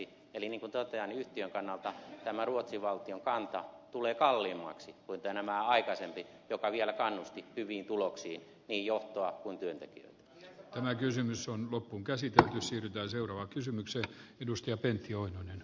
eli niin kuin totean niin yhtiön kannalta tämä ruotsin valtion kanta tulee kalliimmaksi kuin tämä aikaisempi joka vielä kannusti hyviin tuloksiin johtaa kun työntekijä on kysymys on loukkuun käsitä sitä seuraa kysymyksellä niin johtoa kuin työntekijöitä